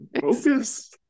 focus